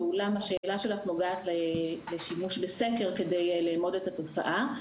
ואולם השאלה שלך נוגעת לשימוש בסקר על מנת ללמוד את התופעה.